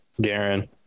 Garen